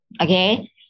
okay